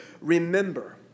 remember